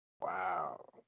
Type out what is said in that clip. Wow